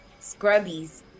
scrubbies